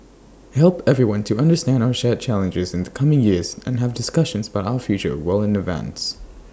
help everyone to understand our shared challenges in the coming years and have discussions about our future well in advance